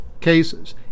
cases